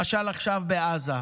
למשל, עכשיו בעזה.